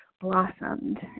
blossomed